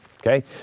okay